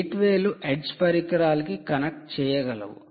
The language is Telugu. గేట్వే లు ఎడ్జ్ పరికరాల కి కనెక్ట్ చేయగలవు